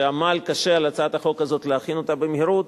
שעמל קשה על הצעת החוק הזאת כדי להכין אותה במהירות,